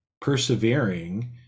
persevering